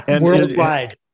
Worldwide